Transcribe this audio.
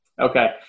Okay